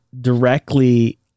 directly